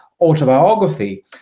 autobiography